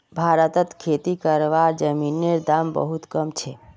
भारतत खेती करवार जमीनेर दाम बहुत कम छे